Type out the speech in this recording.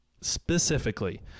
Specifically